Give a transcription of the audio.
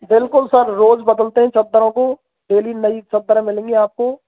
बिलकुल सर रोज बदलते है चद्दरों को डेली नई चद्दारें मिलेंगी आपको